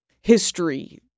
history